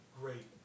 great